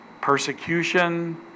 persecution